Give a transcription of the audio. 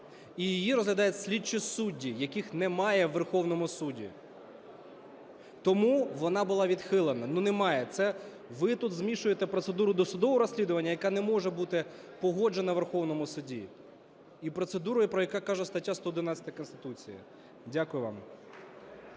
і її розглядають слідчі судді, яких немає у Верховному Суду. Тому вона була відхилена. Немає. Ви тут змішуєте процедуру досудового розслідування, яка не може бути погоджена у Верховному Суді, і процедуру, про яку каже стаття 111 Конституції. Дякую вам.